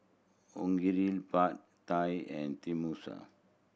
Onigiri Pad Thai and Tenmusu